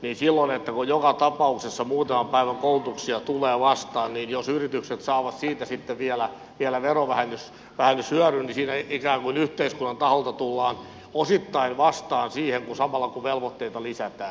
silloin kun joka tapauksessa muutaman päivän koulutuksia tulee vastaan niin jos yritykset saavat siitä sitten vielä verovähennyshyödyn niin siinä ikään kuin yhteiskunnan taholta tullaan osittain vastaan siihen samalla kun velvoitteita lisätään